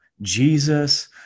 Jesus